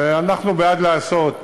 ואנחנו בעד לעשות.